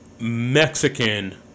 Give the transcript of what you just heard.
Mexican